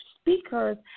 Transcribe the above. speakers